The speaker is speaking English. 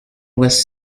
was